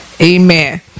Amen